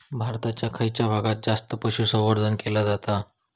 भारताच्या खयच्या भागात जास्त पशुसंवर्धन केला जाता?